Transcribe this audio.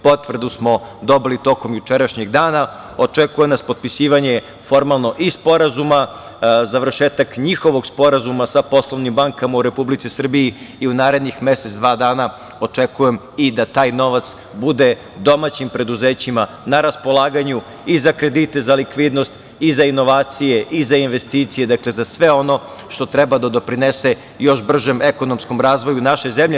Potvrdu smo dobili tokom jučerašnjeg dana i očekuje nas potpisivanje formalno i sporazuma, završetak njihovog sporazuma sa poslovnim bankama u Republici Srbiji i u narednih mesec, dva dana očekujem i da taj novac budu domaćim preduzećima na raspolaganju i za kredite, za likvidnost, za inovacije, za investicije, za sve ono što treba da doprinese još bržem ekonomskom razvoju naše zemlje.